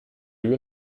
you